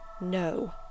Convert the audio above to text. No